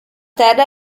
terra